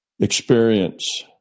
experience